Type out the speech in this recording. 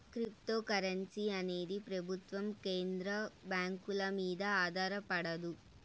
cryptocurrency అనేది ప్రభుత్వం కేంద్ర బ్యాంకుల మీద ఆధారపడదు